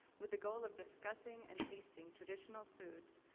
with the goal of discussing and tasting traditional foods,